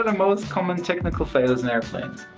and most common technical failures in airplanes?